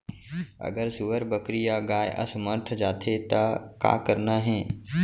अगर सुअर, बकरी या गाय असमर्थ जाथे ता का करना हे?